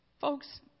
folks